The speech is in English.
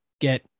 get